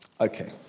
Okay